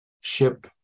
ship